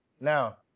now